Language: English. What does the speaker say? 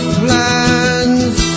plans